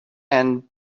and